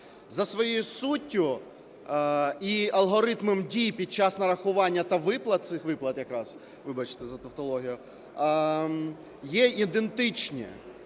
За своєю суттю і алгоритмом дії під час нарахування та виплат цих виплат якраз, вибачте за тавтологію, є ідентичні.